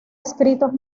escritos